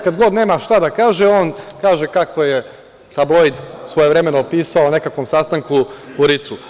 Kada god nema šta da kaže, on kaže kako je „Tabloid“ svojevremeno pisao o nekakvom sastanku u Ricu.